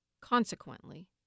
Consequently